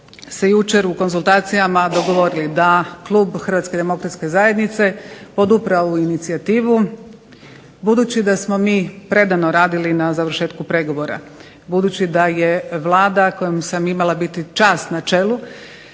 se jučer u konzultacijama dogovorili da klub Hrvatske demokratske zajednice podupre ovu inicijativu budući da smo mi predano radili na završetku pregovora, budući da je Vlada kojom sam imala biti čast na čelu